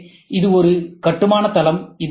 எனவே இது ஒரு கட்டுமானத் தளம்